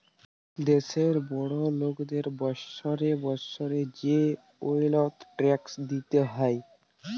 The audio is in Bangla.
দ্যাশের বড় লকদের বসরে বসরে যে ওয়েলথ ট্যাক্স দিতে হ্যয়